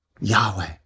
Yahweh